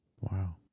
Wow